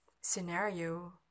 scenario